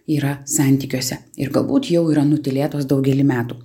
yra santykiuose ir galbūt jau yra nutylėtos daugelį metų